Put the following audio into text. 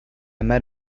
met